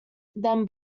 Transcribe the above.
then